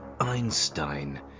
Einstein